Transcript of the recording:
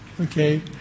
Okay